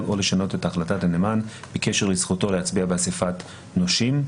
או לשנות את החלטת הנאמן בקשר לזכותו להצביע באסיפת נושים.